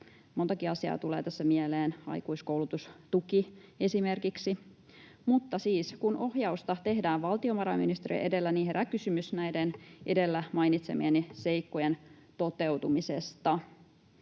Montakin asiaa tulee tässä mieleen, esimerkiksi aikuiskoulutustuki. Mutta siis, kun ohjausta tehdään valtiovarainministeriö edellä, niin herää kysymys näiden edellä mainitsemieni seikkojen toteutumisesta.